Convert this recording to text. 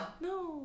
No